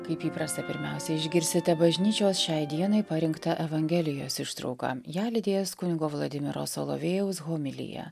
kaip įprasta pirmiausia išgirsite bažnyčios šiai dienai parinktą evangelijos ištrauką ją lydės kunigo vladimiro solovejaus homilija